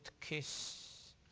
kiss